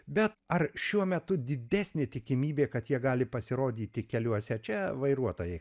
bet ar šiuo metu didesnė tikimybė kad jie gali pasirodyti keliuose čia vairuotojai